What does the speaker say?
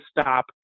stop